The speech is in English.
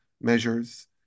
measures